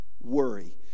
Worry